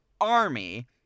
army